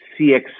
cx